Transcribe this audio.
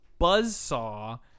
buzzsaw